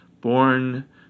born